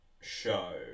show